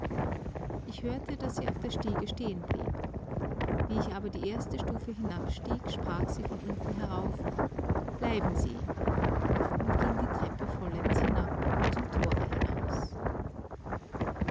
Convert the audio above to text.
ich hörte daß sie auf der stiege stehenblieb wie ich aber die erste stufe hinabstieg sprach sie von unten herauf bleiben sie und ging die treppe vollends hinab und zum tore hinaus